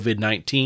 COVID-19